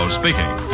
speaking